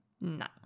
No